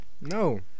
No